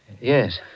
Yes